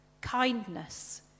kindness